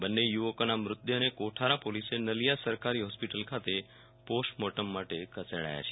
બન્ને યુવકોના મૃતદેહને કોઠારા પોલીસે નલિયા સરકારી હોસ્પિટલ ખાતે પોસ્ટમોર્ટમ માટે ખસેડાયા છે